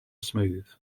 smooth